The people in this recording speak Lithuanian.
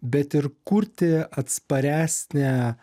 bet ir kurti atsparesnę